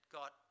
got